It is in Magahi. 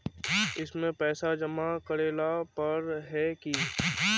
इसमें पैसा जमा करेला पर है की?